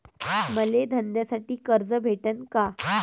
मले धंद्यासाठी कर्ज भेटन का?